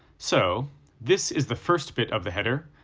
so this is the first bit of the header,